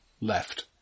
Left